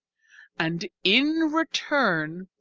and in return,